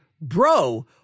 bro